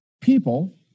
people